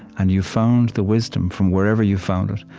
and you found the wisdom from wherever you found it.